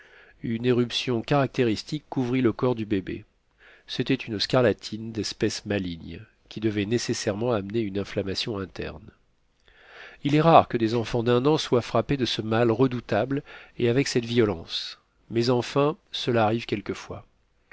une éruption caractéristique couvrit le corps du bébé c'était une scarlatine d'espèce maligne qui devait nécessairement amener une inflammation interne il est rare que des enfants d'un an soient frappés de ce mal redoutable et avec cette violence mais enfin cela arrive quelquefois